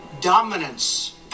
dominance